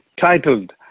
titled